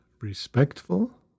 respectful